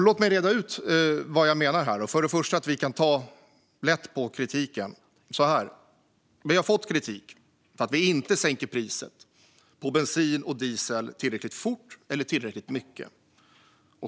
Låt mig reda ut vad jag menar med att vi kan ta lätt på kritiken. Vi har fått kritik för att vi inte sänker priset på bensin och diesel tillräckligt fort eller tillräckligt mycket.